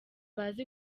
bazi